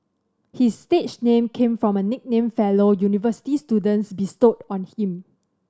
his stage name came from a nickname fellow university students bestowed on him